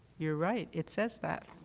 you are right. it says that.